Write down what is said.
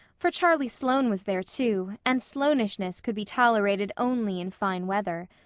for charlie sloane was there, too, and sloanishness could be tolerated only in fine weather.